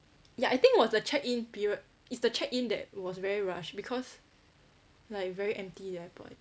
ya I think it was the check-in period it's the check-in that was very rush because like very empty the airport